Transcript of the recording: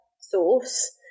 sauce